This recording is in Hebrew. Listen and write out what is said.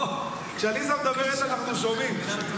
בוא, כשעליזה מדברת אנחנו שומעים.